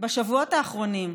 בשבועות האחרונים: